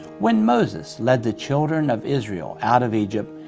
when moses led the children of israel out of egypt,